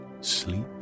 sleep